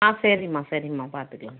ஆ சரிம்மா சரிம்மா பார்த்துக்கலாம்